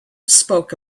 spoke